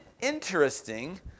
interesting